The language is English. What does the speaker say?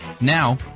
Now